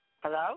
Hello